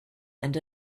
and